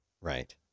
right